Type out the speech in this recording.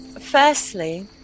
firstly